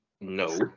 no